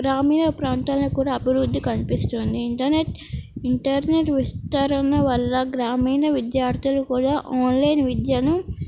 గ్రామీణ ప్రాంతాలను కూడా అభివృద్ధి కనిపిస్తుంది ఇంటర్నెట్ ఇంటర్నెట్ విస్తరణ వల్ల గ్రామీణ విద్యార్థులు కూడా ఆన్లైన్ విద్యను